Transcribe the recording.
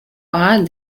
odd